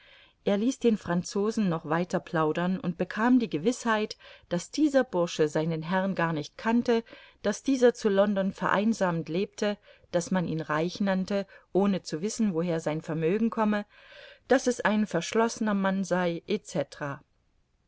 er ließ den franzosen noch weiter plaudern und bekam die gewißheit daß dieser bursche seinen herrn gar nicht kannte daß dieser zu london vereinsamt lebte daß man ihn reich nannte ohne zu wissen woher sein vermögen komme daß es ein verschlossener mann sei